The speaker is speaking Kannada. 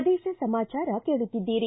ಪ್ರದೇಶ ಸಮಾಚಾರ ಕೇಳುತ್ತಿದ್ದೀರಿ